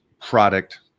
product